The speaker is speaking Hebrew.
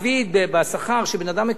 בשכר שבן-אדם מקבל,